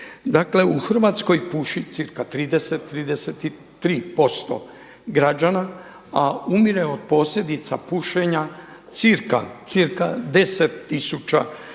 Dakle u Hrvatskoj puši cca 30, 33% građana, a umire od posljedica pušenja cca 10 tisuća